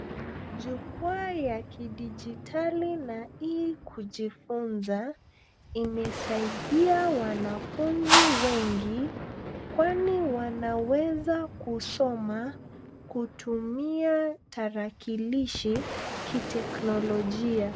Jukwaa ya kidijitali la e kujifunza imesaidia wanafunzi wengi kwani wanaweza kusoma kutumia tarakilishi kiteknolojia.